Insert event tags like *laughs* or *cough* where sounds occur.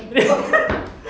*laughs*